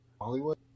Hollywood